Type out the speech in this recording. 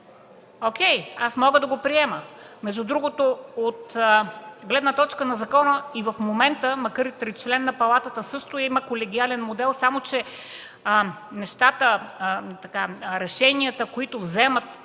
Окей, мога да го приема. Между другото, от гледна точка на закона, и в момента, макар и тричленна, Палатата също има колегиален модел, само че решенията, които се вземат